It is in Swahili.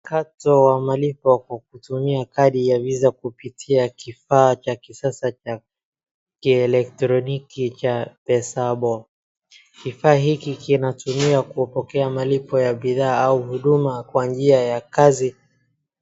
Mkato wa malipo kwa kutumia kadi ya VISA kupitia kifaa cha kisasa cha kielektroniki cha Pesapal. Kifaa hiki kinatumiwa kupokea malipo ya bidhaa au huduma kwa njia ya kazi.